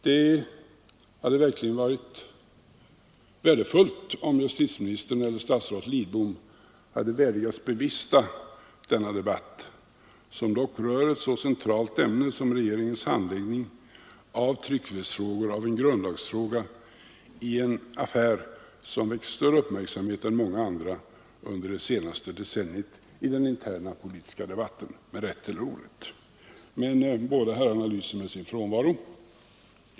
Det hade verkligen varit värdefullt om justitieministern eller statsrådet Lidbom värdigats bevista denna debatt, som dock rör ett så centralt ämne som regeringens handläggning av en grundlagsfråga i en affär som — med rätt eller orätt — väckt större uppmärksamhet i den interna politiska debatten än många andra under det senaste decenniet. Men båda herrarna lyser med sin frånvaro.